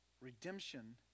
Redemption